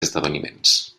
esdeveniments